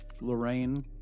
Lorraine